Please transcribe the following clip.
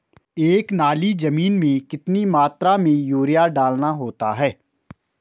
एक नाली जमीन में कितनी मात्रा में यूरिया डालना होता है?